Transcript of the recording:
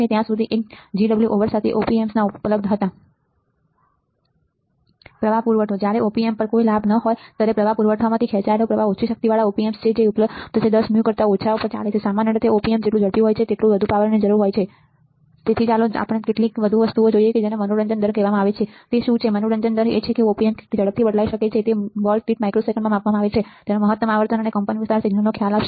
ત્યાં સુધી એક GBW ઓવર સાથે opwmps ઉપલબ્ધ હતા પ્રવાહ પુરવઠો જ્યારે op amp પર કોઈ ભાર ન હોય ત્યારે પ્રવાહ પુરવઠોમાંથી ખેંચાયેલ પ્રવાહ ઓછી શક્તિવાળા op amps છે જે ઉપલબ્ધ છે 10 u કરતા ઓછા પર ચાલે છે સામાન્ય રીતે op amp જેટલું ઝડપી હોય તેટલી વધુ પાવરની જરૂર હોય છે તેથી ચાલો આપણે કેટલીક વધુ વસ્તુઓ જોઈએ જેને મનોરંજન દર કહેવામાં આવે છે તે શું છે તે મનોરંજન દર એ છે કે op amp કેટલી ઝડપથી બદલાઈ શકે છે અને તે વોલ્ટ દીઠ માઇક્રોસેકન્ડમાં માપવામાં આવે છે તે તમને મહત્તમ આવર્તન અને કંપનવિસ્તાર સિગ્નલનો ખ્યાલ આપશે